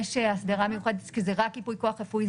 יש הסדרה מיוחדת כי זה רק ייפוי כוח רפואי,